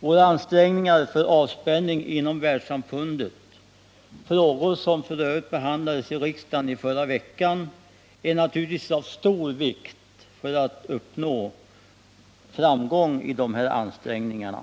Våra ansträngningar för avspänning inom världssamfundet — en fråga som f. ö. behandlades i riksdagen förra veckan — är naturligtvis av stor vikt för att uppnå framgång i dessa ansträngningar.